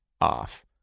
off